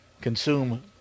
consume